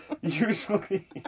usually